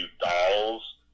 dolls